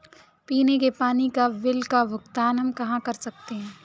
पीने के पानी का बिल का भुगतान हम कहाँ कर सकते हैं?